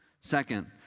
Second